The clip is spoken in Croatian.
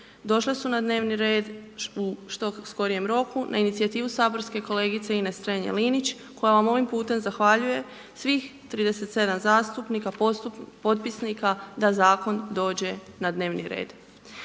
došle su na dnevni red u što skorije roku na inicijativu saborske kolegice Ines Strenja-Linić koja vam ovim putem zahvaljuje svih 37 zastupnika potpisnika da zakon dođe na dnevni red.